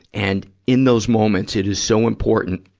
and in those moments it is so important